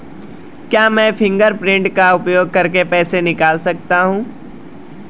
क्या मैं फ़िंगरप्रिंट का उपयोग करके पैसे निकाल सकता हूँ?